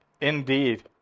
Indeed